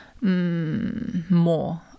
more